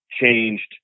changed